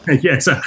Yes